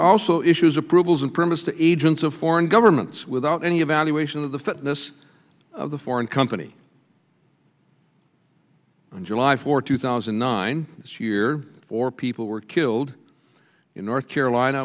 also issues approvals and permits to agents of foreign governments without any evaluation of the fitness of the foreign company on july fourth two thousand and nine as year four people were killed in north carolina